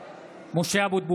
(קורא בשמות חברי הכנסת) משה אבוטבול,